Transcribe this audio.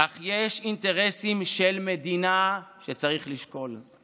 אך יש אינטרסים של מדינה שצריך לשקול.